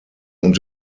und